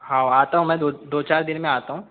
हाऊ आता हूँ मैं दो दो चार दिन में आता हूँ